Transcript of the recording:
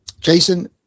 Jason